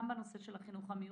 גם בנושא החינוך המיוחד.